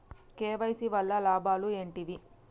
KYC వల్ల లాభాలు ఏంటివి?